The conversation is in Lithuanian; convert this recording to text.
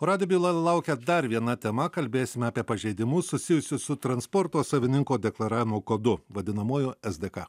o radijo byloje laukia dar viena tema kalbėsime apie pažeidimus susijusius su transporto savininko deklaravimo kodu vadinamuoju es dė ka